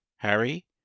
Harry